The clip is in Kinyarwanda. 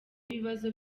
ibibazo